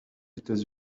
états